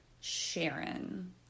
Sharon